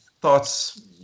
thoughts